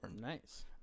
Nice